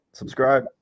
subscribe